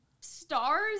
stars